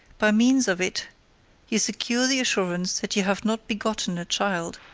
by means of it you secure the assurance that you have not begotten a child,